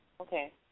Okay